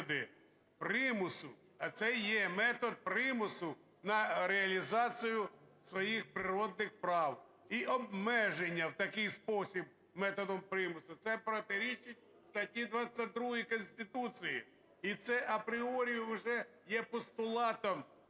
примусу, а це є метод примусу на реалізацію своїх природних прав, і обмеження в такий спосіб методом примусу. Цепротирічить статті 22 Конституції, і це апріорі уже є постулатом